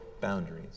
boundaries